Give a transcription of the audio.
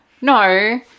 No